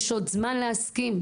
יש עוד זמן להסכים,